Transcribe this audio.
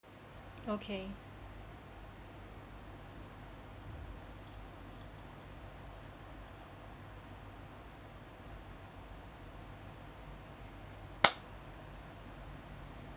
okay